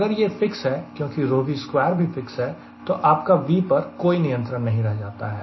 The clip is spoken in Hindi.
अगर यह फिक्स है क्योंकि V2 भी फिक्स है तो आपका V पर कोई नियंत्रण नहीं रह जाता है